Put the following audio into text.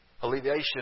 alleviation